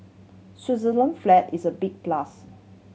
Switzerland flag is a big plus